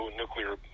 nuclear